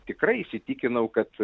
tikrai įsitikinau kad